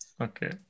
Okay